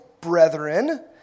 brethren